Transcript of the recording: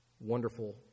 wonderful